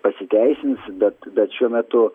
pasiteisins bet bet šiuo metu